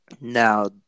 Now